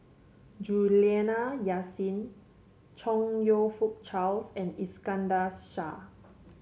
Juliana Yasin Chong You Fook Charles and Iskandar Shah